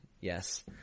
Yes